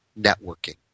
networking